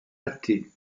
athées